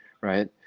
right